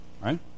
right